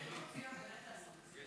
אתה לא מציע באמת לעשות איזה משהו.